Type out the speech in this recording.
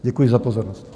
Děkuji za pozornost.